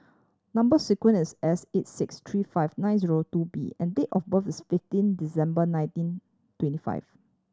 number sequence is S eight six three five nine zero two B and date of birth is fifteen December nineteen twenty five